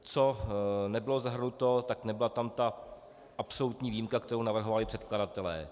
Co nebylo zahrnuto nebyla tam ta absolutní výjimka, kterou navrhovali předkladatelé.